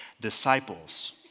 disciples